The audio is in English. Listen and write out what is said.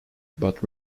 but